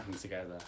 together